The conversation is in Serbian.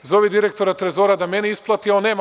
Zovi direktora Trezora da meni isplati, on nema.